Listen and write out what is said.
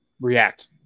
react